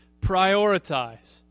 prioritize